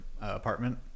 apartment